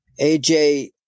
AJ